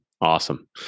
awesome